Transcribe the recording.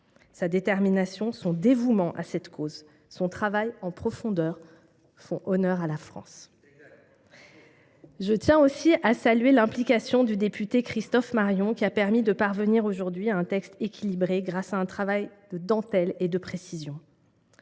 Sa détermination, son dévouement à cette cause, son travail en profondeur font honneur à la France. Exact ! Je tiens aussi à saluer l’implication du député Christophe Marion, qui a permis de parvenir aujourd’hui à un texte équilibré, grâce à un travail de dentelle et de précision.